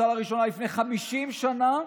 שהוצע לראשונה לפני 50 שנה,.